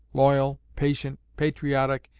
loyal, patient, patriotic,